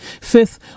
fifth